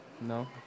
No